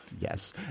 Yes